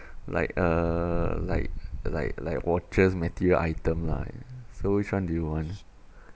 like uh like like like watches material item lah so which one do you want